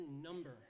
number